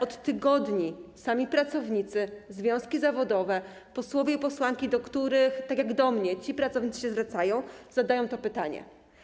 Od tygodni sami pracownicy, związki zawodowe, posłowie i posłanki, do których, tak jak do mnie, ci pracownicy się zwracają, zadają to pytanie.